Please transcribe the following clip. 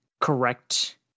correct